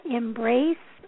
embrace